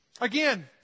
Again